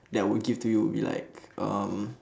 that I would give to you would be like um